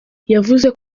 yavuze